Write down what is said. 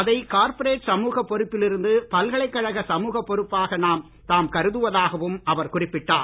அதை கார்ப்பரேட் சமூக பொறுப்பில் இருந்து பல்கலைக்கழக சமூக பொறுப்பாக தாம் கருதுவதாகவும் அவர் குறிப்பிட்டார்